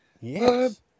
Yes